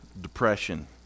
depression